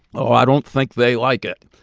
oh, i don't think they like it.